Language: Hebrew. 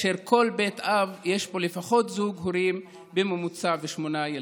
וכל בית אב יש בו לפחות זוג הורים ושמונה ילדים,